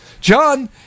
John